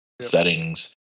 settings